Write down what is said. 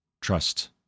trust